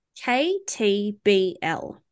KTBL